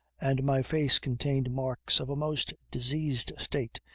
and my face contained marks of a most diseased state,